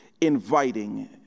inviting